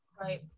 Right